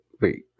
Wait